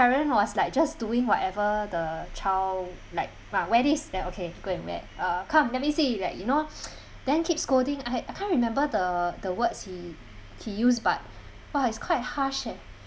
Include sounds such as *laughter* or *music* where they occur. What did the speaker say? was like just doing whatever the child like ma wear this then okay go and wear uh come let me see like you know *noise* then keep scolding I I can't remember the the words he he used but !wah! is quite harsh eh